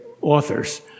authors